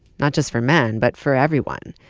not just for men, but for everyone?